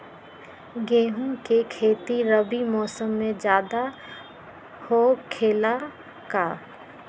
गेंहू के खेती रबी मौसम में ज्यादा होखेला का?